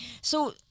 So-